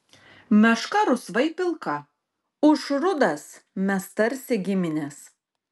meška rusvai pilka ūš rudas mes tarsi giminės